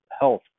health